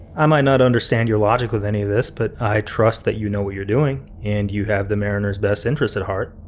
i might not understand your logic with any of this but i trust that you know what you're doing, and you have the mariners best interests at heart,